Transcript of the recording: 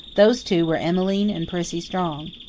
those two were emmeline and prissy strong.